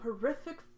horrific